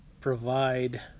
provide